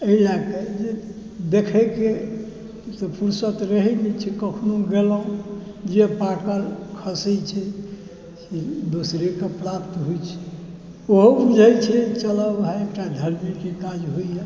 एहि लऽ कऽ जे देखैके से फुरसत रहै नहि छै कखनो गेलहुँ जे पाकल खसै छै से दोसरेके प्राप्त होइ छै ओहो बुझै छै चलऽ भाइ एकटा धरमेके काज होइए